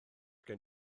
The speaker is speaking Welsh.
gen